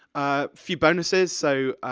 a few bonuses, so,